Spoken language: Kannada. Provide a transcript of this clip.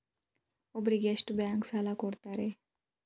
ಒಬ್ಬರಿಗೆ ಎಷ್ಟು ಬ್ಯಾಂಕ್ ಸಾಲ ಕೊಡ್ತಾರೆ?